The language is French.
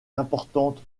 importante